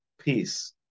peace